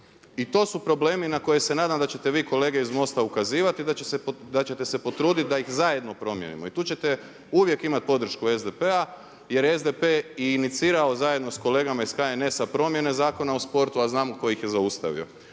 I to su problemi na koje se nadam se ćete vi kolege iz MOST-a ukazivati i da ćete se potruditi da ih zajedno promijenimo. I tu ćete uvijek imati podršku SDP-a jer je SDP i inicirao zajedno sa kolegama iz HNS-a promjene Zakona o sportu a znamo tko ih je zaustavio.